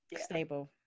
stable